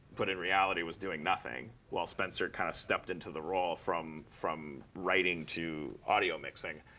but in reality was doing nothing, while spencer kind of stepped into the role from from writing to audio mixing.